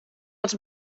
els